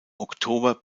oktober